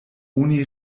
oni